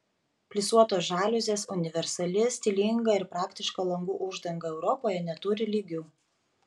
plisuotos žaliuzės universali stilinga ir praktiška langų uždanga europoje neturi lygių